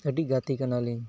ᱟᱹᱰᱤ ᱜᱟᱛᱮ ᱠᱟᱱᱟᱞᱤᱧ